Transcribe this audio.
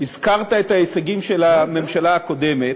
הזכרת את ההישגים של הממשלה הקודמת,